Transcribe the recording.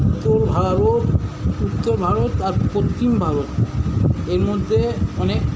উত্তর ভারত উত্তর ভারত আর পশ্চিম ভারত এর মধ্যে অনেক